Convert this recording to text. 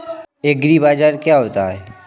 एग्रीबाजार क्या होता है?